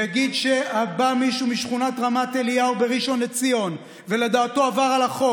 יגיד שבא מישהו משכונת רמת אליהו בראשון לציון ולדעתו עבר על החוק,